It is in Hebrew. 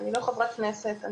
לא חברת כנסת,